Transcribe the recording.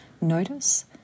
Notice